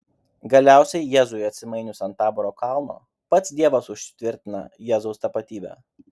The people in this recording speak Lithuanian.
galiausiai jėzui atsimainius ant taboro kalno pats dievas užtvirtina jėzaus tapatybę